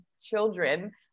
children